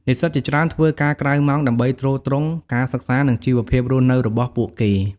និស្សិតជាច្រើនធ្វើការក្រៅម៉ោងដើម្បីទ្រទ្រង់ការសិក្សា និងជីវភាពរស់នៅរបស់ពួកគេ។